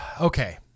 okay